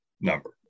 number